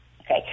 Okay